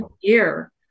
year